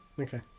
Okay